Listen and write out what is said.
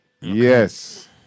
Yes